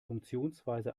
funktionsweise